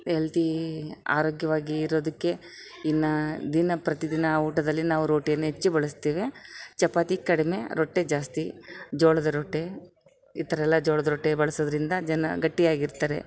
ಎಲ್ತೀ ಆರೋಗ್ಯವಾಗಿ ಇರೊದಕ್ಕೆ ಇನ್ನು ದಿನ ಪ್ರತಿದಿನ ಊಟದಲ್ಲಿ ನಾವು ರೋಟಿಯನ್ನು ಹೆಚ್ಚು ಬಳಸ್ತಿವಿ ಚಪಾತಿ ಕಡಿಮೆ ರೊಟ್ಟಿ ಜಾಸ್ತಿ ಜೋಳದ ರೊಟ್ಟಿ ಈ ಥರೆಲ್ಲ ಜೋಳದ ರೊಟ್ಟಿ ಬಳಸೋದ್ರಿಂದ ಜನ ಗಟ್ಟಿಯಾಗಿರ್ತಾರೆ